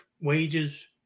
wages